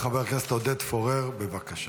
חבר הכנסת עודד פורר, בבקשה.